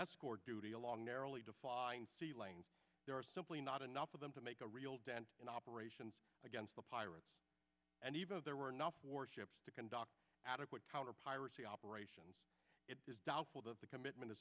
escort duty along merrily defying the langs there are simply not enough of them to make a real dent in operations against the pirates and even if there were enough warships to conduct adequate counter piracy operations it is doubtful that the commitment